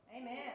Amen